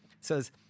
says